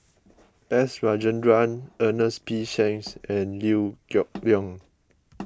S Rajendran Ernest P Shanks and Liew Geok Leong